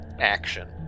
action